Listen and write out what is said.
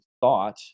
thought